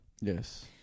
Yes